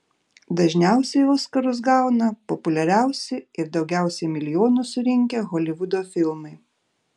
dažniausiai oskarus gauna populiariausi ir daugiausiai milijonų surinkę holivudo filmai